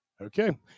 Okay